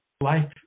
life